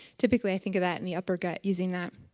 typically, i think of that in the upper gut using that.